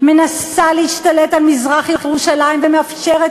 מנסה להשתלט על מזרח-ירושלים ומאפשרת